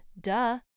duh